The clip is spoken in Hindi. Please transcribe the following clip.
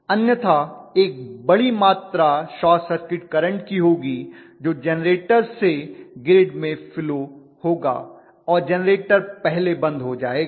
अन्यथा एक बड़ी मात्रा शॉर्ट सर्किट करंट की होगी जो जेनरेटर से ग्रिड में फ्लो होगा और जेनरेटर पहले बंद हो जायेगा